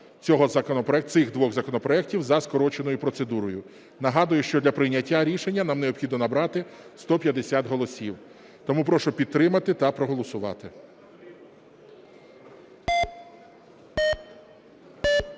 цих двох законопроектів за скороченою процедурою. Нагадую, що для прийняття рішення нам необхідно набрати 150 голосів, тому прошу підтримати та проголосувати.